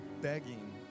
begging